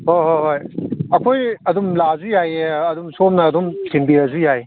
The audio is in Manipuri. ꯍꯣꯏ ꯍꯣꯏ ꯍꯣꯏ ꯑꯩꯈꯣꯏ ꯑꯗꯨꯝ ꯂꯥꯛꯑꯁꯨ ꯌꯥꯏꯌꯦ ꯑꯗꯨꯝ ꯁꯣꯝꯅ ꯑꯗꯨꯝ ꯊꯤꯟꯕꯤꯔꯛꯑꯁꯨ ꯌꯥꯏ